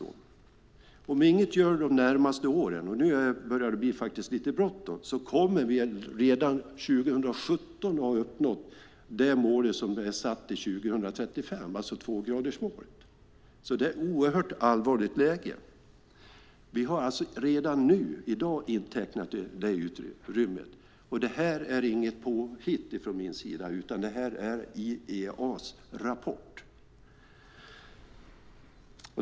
Om vi inget gör de närmaste åren, och nu börjar det bli lite bråttom, kommer vi redan 2017 att ha uppnått det mål som är satt till 2035, alltså tvågradersmålet. Det är alltså ett oerhört allvarligt läge. Vi har redan i dag intecknat det utrymmet. Det här är inget påhitt från min sida, utan det är uppgifter från IEA:s rapport.